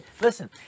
listen